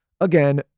again